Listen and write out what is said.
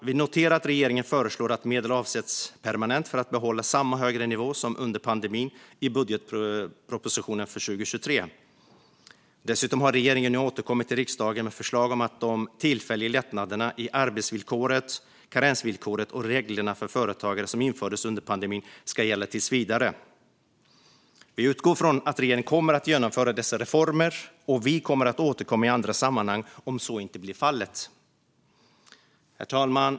Vi noterar att regeringen föreslår att medel avsätts permanent för att behålla samma högre nivå som under pandemin i budgetpropositionen för 2023. Dessutom har regeringen nu återkommit till riksdagen med förslag om att de tillfälliga lättnaderna i arbetsvillkoret, karensvillkoret och reglerna för företagare som infördes under pandemin ska gälla tills vidare. Vi utgår från att regeringen kommer att genomföra dessa reformer, och vi kommer att återkomma i andra sammanhang om så inte blir fallet. Herr talman!